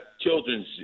children's